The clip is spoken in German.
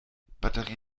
batterie